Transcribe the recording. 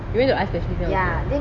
you went to eye specialist then okay lah